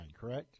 correct